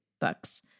books